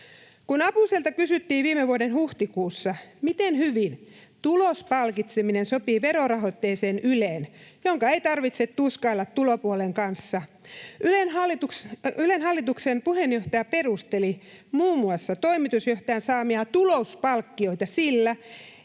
Kun Apuselta kysyttiin viime vuoden huhtikuussa, miten hyvin tulospalkitseminen sopii verorahoitteiseen Yleen, jonka ei tarvitse tuskailla tulopuolen kanssa, Ylen hallituksen puheenjohtaja perusteli muun muassa toimitusjohtajan saamia tulospalkkioita sillä, että